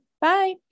bye